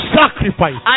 sacrifice